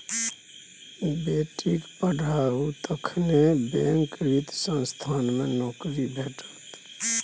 बेटीक पढ़ाउ तखने नीक वित्त संस्थान मे नौकरी भेटत